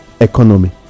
economy